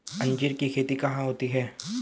अंजीर की खेती कहाँ होती है?